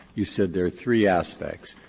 you said there are three aspects.